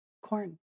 corn